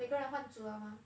每个人换组 liao mah